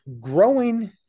growing